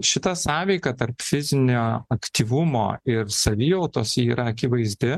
šita sąveika tarp fizinio aktyvumo ir savijautos ji yra akivaizdi